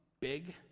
big